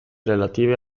relative